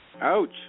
Ouch